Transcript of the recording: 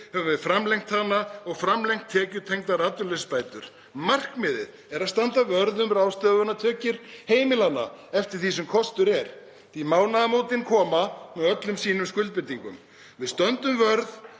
höfum við framlengt hana og framlengt tekjutengdar atvinnuleysisbætur. Markmiðið er að standa vörð um ráðstöfunartekjur heimilanna eftir því sem kostur er því að mánaðamótin koma með öllum sínum skuldbindingum. Við stöndum vörð